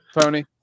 Tony